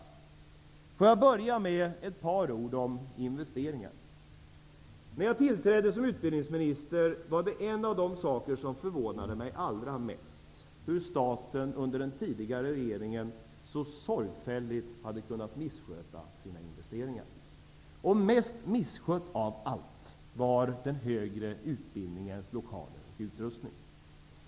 Låt mig börja med ett par ord om investeringar. När jag tillträdde som utbildningsminister var en av de saker som förvånade mig allra mest hur staten under den tidigare regeringen så sorgfälligt misskött sina investeringar. Mest misskött av allt var den högre utbildningens lokaler och utrustning.